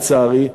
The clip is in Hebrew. לצערי,